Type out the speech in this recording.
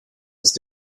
ist